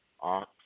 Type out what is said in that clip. ox